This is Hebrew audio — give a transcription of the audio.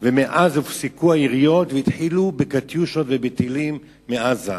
מאז הופסקו היריות והתחילו "קטיושות" וטילים מעזה.